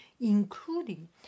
including